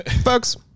folks